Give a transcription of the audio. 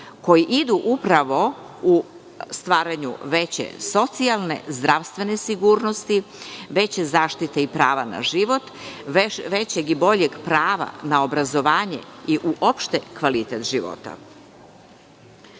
koji idu upravo u stvaranju veće socijalne, zdravstvene sigurnosti, veće zaštite i prava na život, većeg i boljeg prava na obrazovanje i uopšte kvalitet